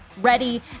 ready